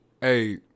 Hey